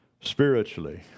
Spiritually